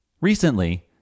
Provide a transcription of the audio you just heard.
Recently